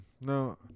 No